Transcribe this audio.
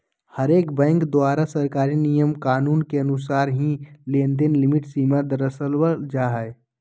हरेक बैंक द्वारा सरकारी नियम कानून के अनुसार ही लेनदेन लिमिट सीमा दरसावल जा हय